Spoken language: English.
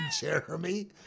Jeremy